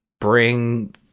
bring